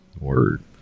Word